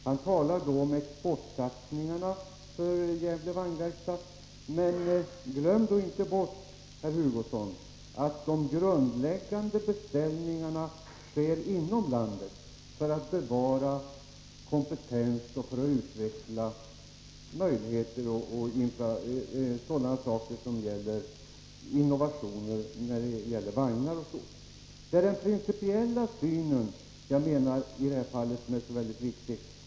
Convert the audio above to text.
Han talade om exportsatsningar för Gävle Vagnverkstad. Men glöm inte, herr Hugosson, att det är beställningarna inom landet som är grundläggande för att man skall kunna bevara kompetens och utveckla möjligheter till innovationer när det gäller vagnar m.m. Jag menar att i det här fallet är denna principiella syn väldigt viktig.